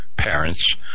parents